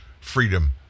freedom